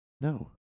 No